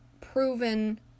proven